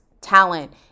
talent